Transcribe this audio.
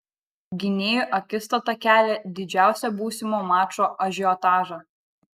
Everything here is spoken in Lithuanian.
gynėjų akistata kelia didžiausią būsimo mačo ažiotažą